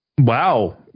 Wow